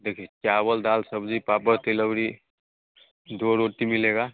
देखिए चावल दाल सब्ज़ी पापड़ तिलौरी दो रोटी मिलेगा